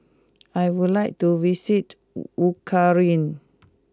I would like to visit Ukraine